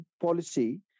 policy